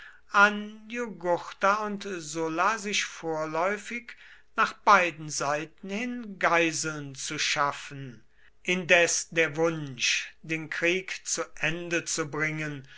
an jugurtha und sulla sich vorläufig nach beiden seiten hin geiseln zu schaffen indes der wunsch den krieg zu ende zu bringen